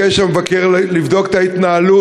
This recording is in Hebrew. המבקר גם ביקש לבדוק את ההתנהלות,